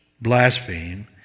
blaspheme